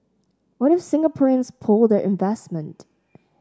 what if Singaporeans pull their investment